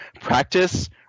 Practice